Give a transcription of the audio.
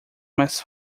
mais